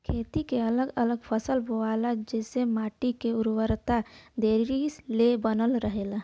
खेती में अगल अलग फसल बोअला से माटी के उर्वरकता देरी ले बनल रहेला